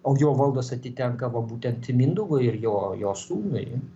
o jo valdos atitenka va būtent mindaugui ir jo jo sūnui